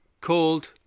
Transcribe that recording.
called